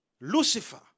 Lucifer